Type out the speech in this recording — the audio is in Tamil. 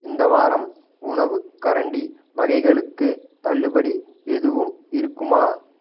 இந்த வாரம் உணவுக் கரண்டி வகைகளுக்குத் தள்ளுபடி எதுவும் இருக்குமா